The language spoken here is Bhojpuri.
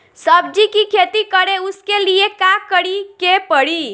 सब्जी की खेती करें उसके लिए का करिके पड़ी?